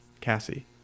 Cassie